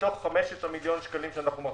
מתוך 5 מיליון השקלים שאנחנו מחזירים,